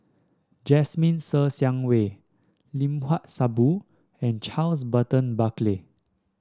Jasmine Ser Xiang Wei Limat Sabtu and Charles Burton Buckley